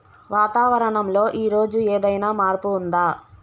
వాతావరణం లో ఈ రోజు ఏదైనా మార్పు ఉందా?